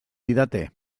didate